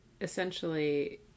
essentially